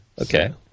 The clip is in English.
Okay